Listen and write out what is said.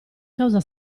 causa